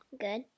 Good